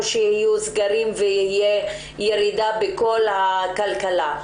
שיהיו סגרים ותהיה ירידה בכל הכלכלה.